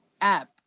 app